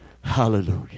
Hallelujah